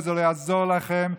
וזה לא יעזור לכם,